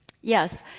Yes